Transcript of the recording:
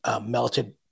melted